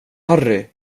harry